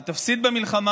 היא תפסיד במלחמה,